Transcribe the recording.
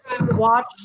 watch